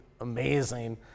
amazing